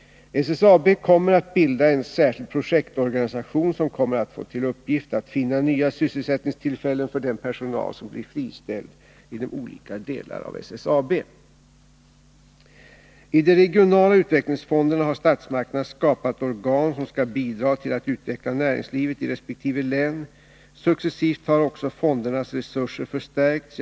SSAB kommer att bilda en särskild projektorganisation som kommer att få till uppgift att finna nya sysselsättningstillfällen för den personal som blir friställd inom olika delar av SSAB. I de regionala utvecklingsfonderna har statsmakterna skapat organ som skall bidra till att utveckla näringslivet i resp. län. Successivt har också fondernas resurser förstärkts.